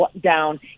down